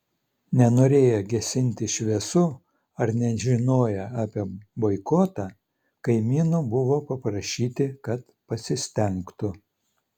nenorėję gesinti šviesų ar nežinoję apie boikotą kaimynų buvo paprašyti kad pasistengtų